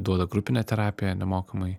duoda grupinę terapiją nemokamai